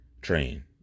train